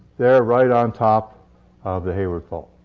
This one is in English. they're right on top of the hayward fault.